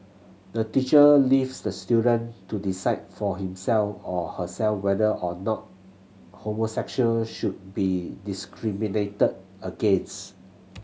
the teacher leaves the student to decide for himself or herself whether or not homosexuals should be discriminated against